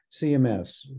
CMS